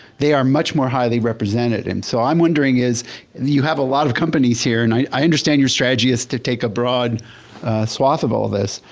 they are much more highly represented. and so, i'm wondering, that you have a lot of companies here, and i understand your strategy is to take a broad swath of all this.